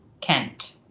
Kent